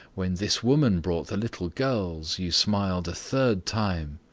when this woman brought the little girls, you smiled a third time,